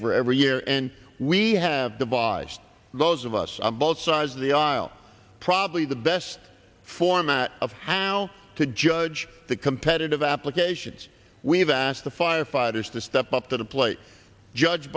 safer every year and we have devised those of us on both sides of the aisle probably the best format of how to judge the competitive applications we have asked the firefighters to step up to the plate judged